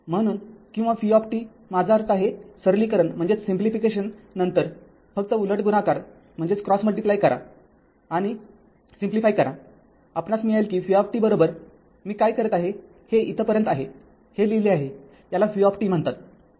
म्हणून किंवा v माझा अर्थ आहेसरलीकरण फक्त उलट गुणाकार करा आणि सुलभ करा आपणास मिळेल कि vमी काय करत आहे हे इथे पर्यंत आहे हे लिहिले आहेयाला v म्हणतात